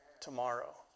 Tomorrow